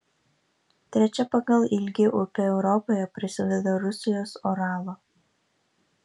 trečia pagal ilgį upė europoje prasideda rusijos uralo